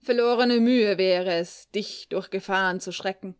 verlorene mühe wäre es dich durch gefahren zu schrecken